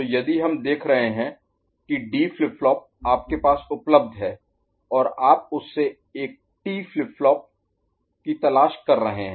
तो यदि हम देख रहे हैं कि डी फ्लिप फ्लॉप आपके पास उपलब्ध है और आप उससे एक टी फ्लिप फ्लॉप की तलाश कर रहे हैं